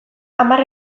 hamar